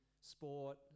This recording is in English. sport